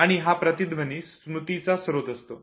आणि हा प्रतिध्वनी स्मृतीचा स्रोत असतो